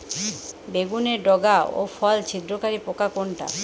বেগুনের ডগা ও ফল ছিদ্রকারী পোকা কোনটা?